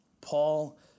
Paul